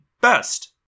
best